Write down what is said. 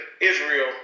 Israel